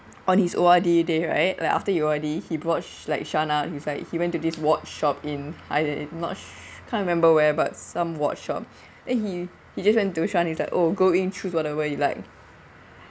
on his O_R_D day right like after O_R_D he brought like shaun lah he's like he went to this watch shop in I'm not sure can't remember where but some watch shop and he he just turn to shaun it's like oh go in and choose whatever you like